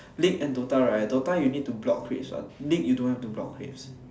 league and DOTA right DOTA you need to block creeps what league you don't have to block creeps